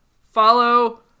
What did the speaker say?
Follow